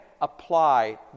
apply